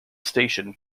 station